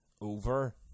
over